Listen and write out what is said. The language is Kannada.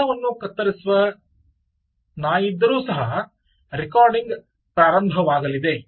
ಕ್ಯಾಮೆರಾ ವನ್ನು ಕತ್ತರಿಸುವ ನಾಯಿಯಿದ್ದರೂ ಸಹ ರೆಕಾರ್ಡಿಂಗ್ ಪ್ರಾರಂಭವಾಗಲಿದೆ